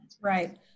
Right